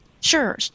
Sure